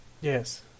Yes